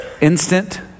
instant